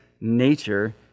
nature